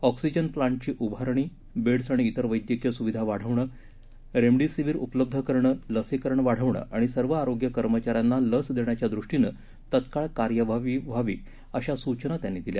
oxygen प्लॅन्टची उभारणी beds आणि तिर वैद्यकीय सुचिधा वाढवणं रेमडीसीव्हीर उपलब्ध करणं लसीकरण वाढवणं आणि सर्व आरोग्य कर्मचाऱ्यांना लस देण्याच्या दृष्टीनं तत्काळ कार्यवाही व्हावी अशा सूचना त्यांनी दिल्या